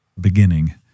beginning